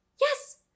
yes